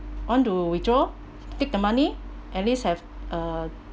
want to withdraw take the money at least have uh